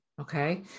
Okay